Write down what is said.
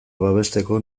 babesteko